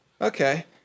Okay